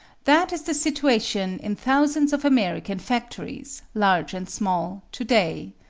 that is the situation in thousands of american factories, large and small, today.